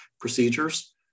procedures